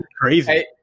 crazy